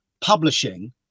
publishing